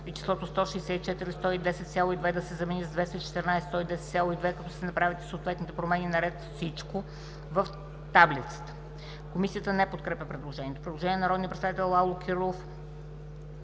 и числото „164 110,2“ да се замени с „214 110,2“, като се направят и съответните промени на ред „Всичко“ в таблицата.“ Комисията не подкрепя предложението. Има предложение на народния представител Лало Кирилов: